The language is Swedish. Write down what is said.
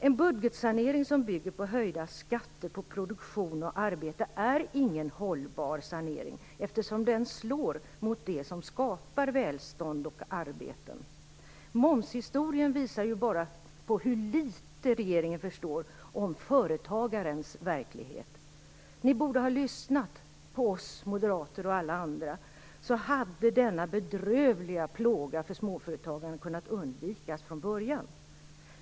En budgetsanering som bygger på höjda skatter på produktion och arbete är inte någon hållbar sanering, eftersom den slår mot det som skapar välstånd och arbeten. Momshistorien visar bara hur litet regeringen förstår om företagarens verklighet. Ni borde ha lyssnat på oss moderater och alla andra, så hade denna bedrövliga plåga för småföretagare kunnat undvikas från början.